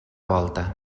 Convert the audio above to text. volta